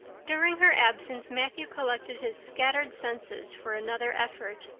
during her absence matthew collected his scattered senses for another effort.